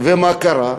ומה קרה?